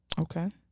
Okay